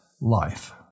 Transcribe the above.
life